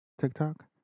TikTok